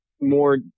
more